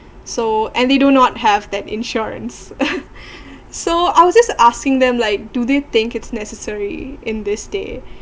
so and they do not have that insurance so I was just asking them like do they think it's necessary in this day